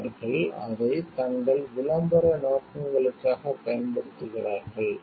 அவர்கள் அதை தங்கள் விளம்பர நோக்கங்களுக்காக பயன்படுத்துகிறார்கள்